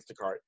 Instacart